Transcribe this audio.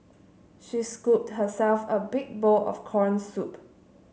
she scooped herself a big bowl of corn soup